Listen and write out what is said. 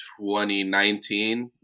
2019